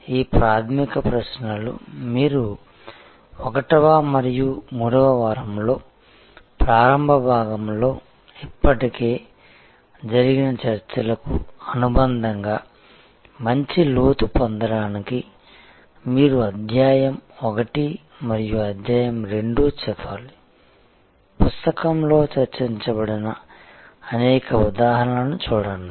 ఈ ప్రాథమిక ప్రశ్నలు మీరు 1 వ మరియు 3 వ వారంలో ప్రారంభ భాగంలో ఇప్పటికే జరిపిన చర్చలకు అనుబంధంగా మంచి లోతు పొందడానికి మీరు అధ్యాయం 1 మరియు అధ్యాయం 2 చదవాలి పుస్తకంలో చర్చించబడిన అనేక ఉదాహరణలను చూడండి